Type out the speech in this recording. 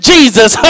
Jesus